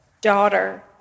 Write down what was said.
Daughter